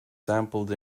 sampled